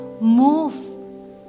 Move